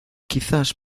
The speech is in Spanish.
quizás